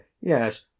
Yes